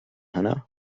هنا